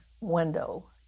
window